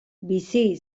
bizi